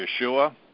Yeshua